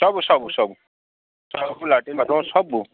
ସବୁ ସବୁ ସବୁ ସବୁ ଲାର୍ଟିନ୍ ବାଥରୁମ ସବୁ